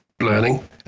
learning